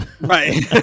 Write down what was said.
Right